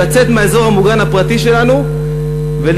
לצאת מהאזור המוגן הפרטי שלנו ולהיכנס